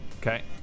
Okay